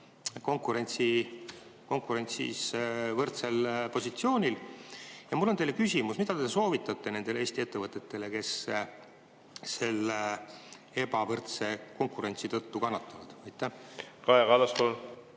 konkurentsis võrdsel positsioonil. Mul on teile küsimus: mida te soovitate nendele Eesti ettevõtetele, kes selle ebavõrdse konkurentsi tõttu kannatavad? Aitäh,